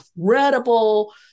incredible